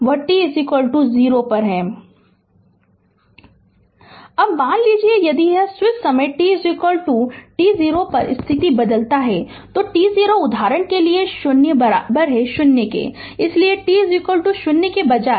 Refer Slide Time 1653 अब मान लीजिए कि यदि स्विच समय t t0 पर स्थिति बदलता है तो t0 उदाहरण के लिए शून्य 0 है इसलिए t 0 के बजाय